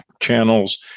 channels